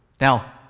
Now